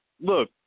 Look